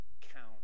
count